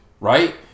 right